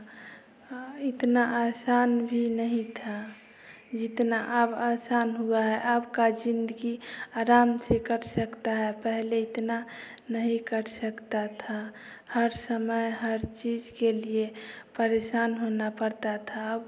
हाँ इतना आसान भी नहीं था जितना अब आसान हुआ है अब का जिंदगी आराम से कट सकता है पहले इतना नहीं कट सकता था हर समय हर चीज़ के लिए परेशान होना पड़ता था अब